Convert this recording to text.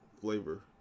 flavor